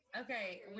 Okay